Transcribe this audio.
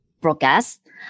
broadcast